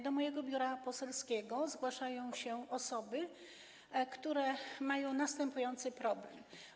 Do mojego biura poselskiego zgłaszają się osoby, które mają następujący problem.